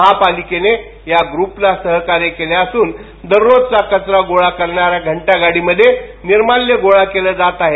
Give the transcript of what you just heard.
महापालिकेने या ग्रूपला सहकार्य केले असुन दररोजचा कचरा गोळा करणाऱ्या घंटा गाडी मधे निर्माल्यही गोळा केले जात आहे